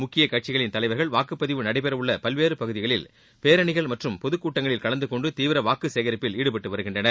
முக்கிய கட்சிகளின் தலைவர்கள் வாக்குப்பதிவு நடைபெறவுள்ள பல்வேறு பகுதிகளில் பேரணிகள் மற்றும் பொதுக்கூட்டங்களில் கலந்துகொண்டு வாக்கு சேகரிப்பில் ஈடுபட்டு வருகின்றனர்